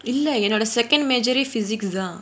இல்ல என்னோட:illa ennoda second major eh physics தான்:thaan